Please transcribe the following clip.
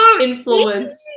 influence